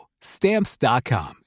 Stamps.com